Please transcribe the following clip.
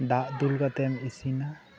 ᱫᱟᱜ ᱫᱩᱞ ᱠᱟᱛᱮᱢ ᱤᱥᱤᱱᱟ